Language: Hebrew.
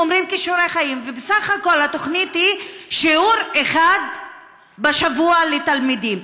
אומרים "כישורי חיים" ובסך הכול התוכנית היא שיעור אחד בשבוע לתלמידים.